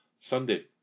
Sunday